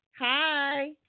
hi